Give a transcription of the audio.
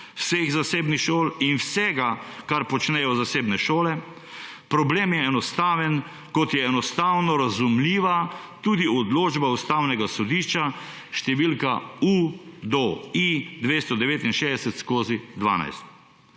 vseh zasebnih šol in vsega, kar počnejo zasebne šole, problem je enostaven, kot je enostavno razumljiva tudi odločba Ustavnega sodišča št. UI-269/12.